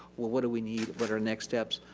well what do we need, what are our next steps,